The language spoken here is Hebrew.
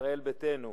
ישראל ביתנו,